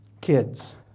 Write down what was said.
Kids